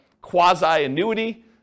quasi-annuity